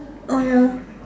oh ya